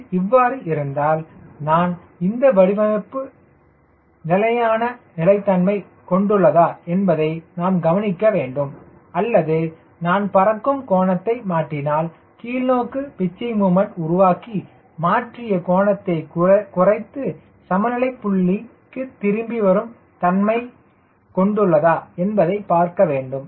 இது இவ்வாறு இருந்தால் நான் இந்த வடிவமைப்பு நிலையான நிலைத்தன்மையை கொண்டு உள்ளதா என்பதை நாம் கவனிக்க வேண்டும் அல்லது நான் பறக்கும் கோணத்தை மாற்றினால் கீழ் நோக்கு பிச்சிங் முமண்ட் உருவாக்கி மாற்றிய கோணத்தை குறைத்து சமநிலை புள்ளி திரும்பி வரும் தன்மையைக் கொண்ட உள்ளதா என்பதை பார்க்க வேண்டும்